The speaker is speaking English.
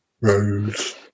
Rose